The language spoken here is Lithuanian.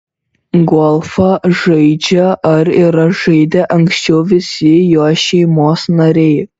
golfą žaidžią ar yra žaidę anksčiau visi jo šeimos nariai